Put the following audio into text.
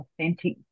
authentic